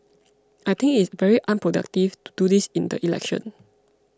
I think it is very unproductive to do this in the election